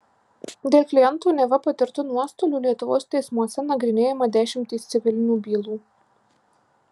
dėl klientų neva patirtų nuostolių lietuvos teismuose nagrinėjama dešimtys civilinių bylų